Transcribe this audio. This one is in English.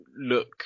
look